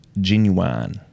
genuine